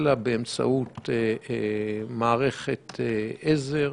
אלא באמצעות מערכת עזר.